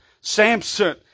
Samson